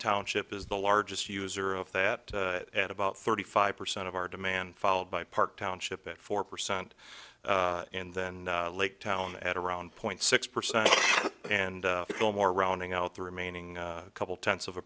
township is the largest user of that at about thirty five percent of our demand followed by park township at four percent and then lake town at around point six percent and no more rounding out the remaining couple tenths of a